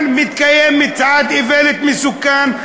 מתקיים כאן מצעד איוולת מסוכן.